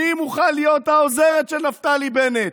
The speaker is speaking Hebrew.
מי מוכנה להיות העוזרת של נפתלי בנט?